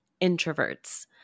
introverts